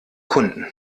kunden